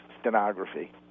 stenography